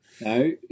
No